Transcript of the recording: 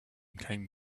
came